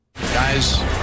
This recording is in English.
Guys